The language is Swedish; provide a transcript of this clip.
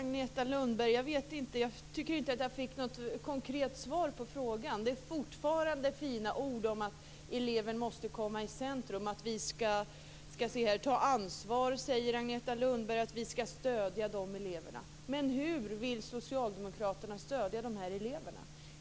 Herr talman! Jag tycker inte att jag fick något konkret svar på frågan, Agneta Lundberg. Det är fortfarande fina ord om att eleven måste ställas i centrum. Agneta Lundberg säger att vi skall ta ansvar och stödja de eleverna. Men hur vill socialdemokraterna stödja dessa elever?